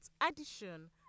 addition